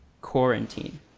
quarantine